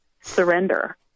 surrender